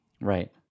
Right